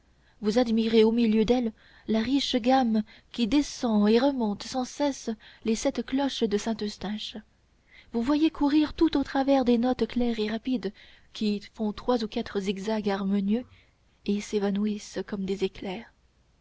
vous admirez au milieu d'elles la riche gamme qui descend et remonte sans cesse les sept cloches de saint-eustache vous voyez courir tout au travers des notes claires et rapides qui font trois ou quatre zigzags lumineux et s'évanouissent comme des éclairs